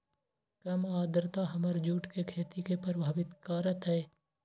कम आद्रता हमर जुट के खेती के प्रभावित कारतै?